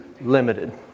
limited